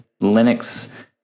Linux